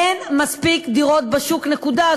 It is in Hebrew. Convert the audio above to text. אין מספיק דירות בשוק, נקודה.